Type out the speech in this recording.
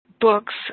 books